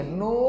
no